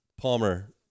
Palmer